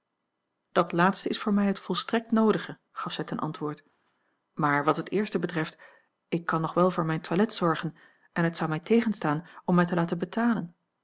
dat laatste is voor mij het volstrekt noodige gaf zij ten antwoord maar wat het eerste betreft ik kan nog wel voor mijn toilet zorgen en het zou mij tegenstaan om mij te laten betaa